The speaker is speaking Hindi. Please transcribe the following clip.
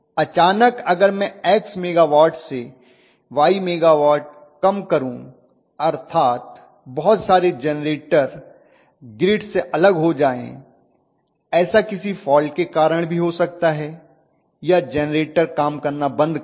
अचानक अगर मैं एक्स मेगावट से वाई मेगावट कम करूं अर्थात् बहुत सारे जेनरेटर ग्रिड से अलग हो जायें ऐसा किसी फाल्ट के कारण भी हो सकता है या जेनरेटर काम करना बंद कर दे